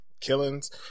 Killings